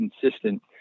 consistent